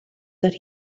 that